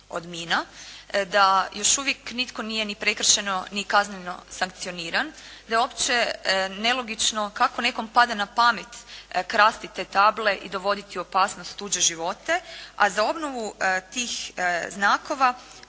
da još uvijek nitko nije ni prekršajno ni kazneno sankcioniran, da je uopće nelogično kako nekome pada na pamet krasti te table i dovoditi u opasnost tuđe živote. A za obnovu tih zakona